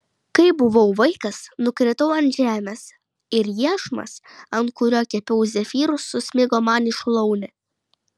kai buvau vaikas nukritau ant žemės ir iešmas ant kurio kepiau zefyrus susmigo man į šlaunį